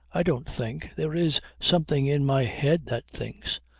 i don't think. there is something in my head that thinks.